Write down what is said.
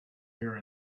here